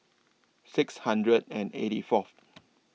six hundred and eighty Fourth